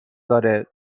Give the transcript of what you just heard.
داره